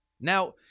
Now